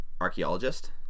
archaeologist